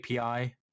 API